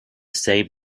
same